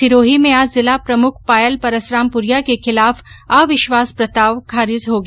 सिराही में आज जिला प्रमुख पायल परसरामपुरिया के खिलाफ अविश्वास प्रस्ताव खारिज हो गया